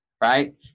right